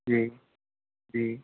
जी जी